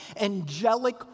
angelic